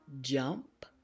Jump